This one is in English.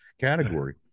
category